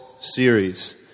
series